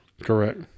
Correct